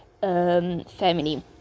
family